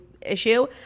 issue